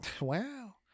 Wow